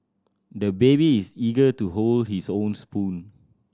the baby is eager to hold his own spoon